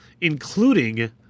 Including